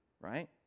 right